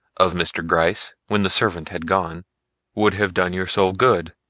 of mr. gryce when the servant had gone would have done your soul good,